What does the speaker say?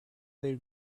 they